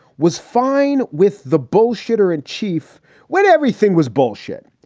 was fine with the bullshitter in chief when everything was bullshit.